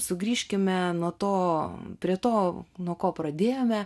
sugrįžkime nuo to prie to nuo ko pradėjome